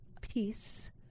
peace